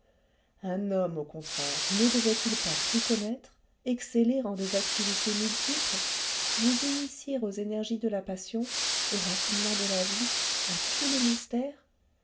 un homme au contraire ne devait-il pas tout connaître exceller en des activités multiples vous initier aux énergies de la passion aux raffinements de la vie à tous les mystères